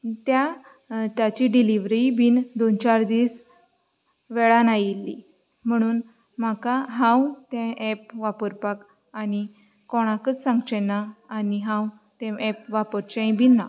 त्या ताची डिलिवरीय बीन दोन चार दीस वेळान आयिल्ली म्हणून म्हाका हांव तें एप वापरपाक आनी कोणाकच सांगचें ना आनी हांव तें एप वापरचें बीन ना